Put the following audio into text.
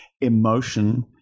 emotion